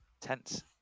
Tense